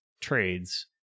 trades